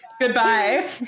goodbye